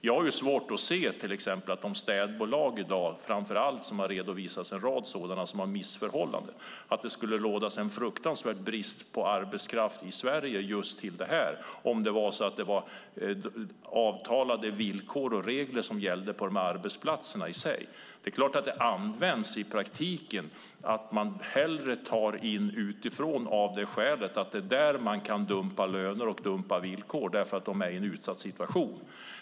Jag har till exempel svårt att se att det i städbolagen - det är framför allt där som det har redovisats missförhållanden - skulle råda en fruktansvärd brist på arbetskraft i Sverige, om det var avtalade villkor och regler som gällde på de arbetsplatserna. Det är klart att man i praktiken hellre tar in arbetskraft utifrån, av det skälet att man kan dumpa löner och dumpa villkor för dem som är i en utsatt situation.